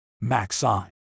Maxine